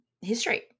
history